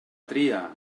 tria